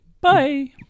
Bye